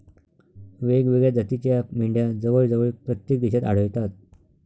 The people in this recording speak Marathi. वेगवेगळ्या जातीच्या मेंढ्या जवळजवळ प्रत्येक देशात आढळतात